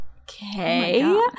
okay